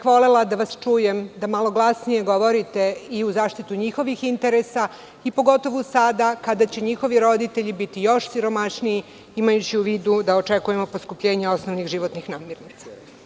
Volela bih da vas čujem da malo glasnije govorite i u zaštitu njihovih interesa, pogotovo sada kada će njihovi roditelji biti još siromašniji, imajući u vidu da očekujemo poskupljenje osnovnih životnih namirnica.